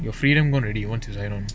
your freedom gone already once you sign on